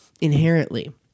inherently